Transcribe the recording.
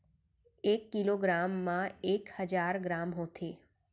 एक kilogram मा एक हजार ग्राम होथे